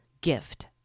gift